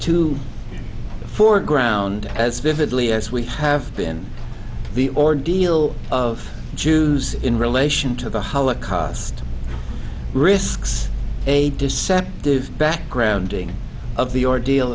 the foreground as vividly as we have been the ordeal of jews in relation to the holocaust risks a deceptive backgrounding of the ordeal